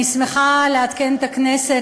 אני שמחה לעדכן את הכנסת,